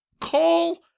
call